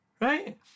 right